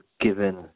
given